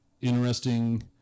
interesting